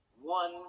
one